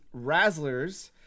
Razzlers